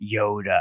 Yoda